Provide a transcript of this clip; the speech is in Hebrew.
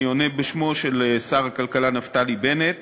אני עונה בשמו של שר הכלכלה נפתלי בנט